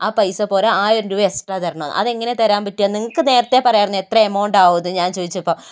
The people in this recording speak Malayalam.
ആ പൈസ പോര ആയിരം രൂപ എക്സ്ട്രാ തരണം എന്ന് അത് എങ്ങനെയാണ് തരാന് പറ്റുക നിങ്ങൾക്ക് അത് നേരത്തെ പറയാമായിരുന്നു എമൗണ്ട് ആകുമെന്ന് ഞാന് ചോദിച്ചപ്പോൾ